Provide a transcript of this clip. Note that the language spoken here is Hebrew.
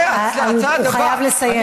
אתה חייב לסיים.